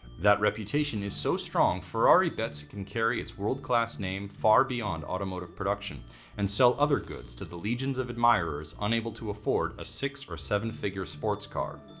that reputation is so strong. ferrari bets it can carry its world class name far beyond automotive production and sell other goods to the legions of admirers unable to afford a six or seven figure sports car.